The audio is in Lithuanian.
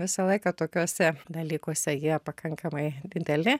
visą laiką tokiuose dalykuose jie pakankamai dideli